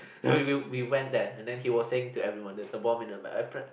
eh we went there and then he was saying to everyone there is a bomb in the bag